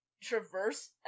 traverse